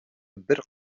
бер